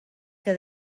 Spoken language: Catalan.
què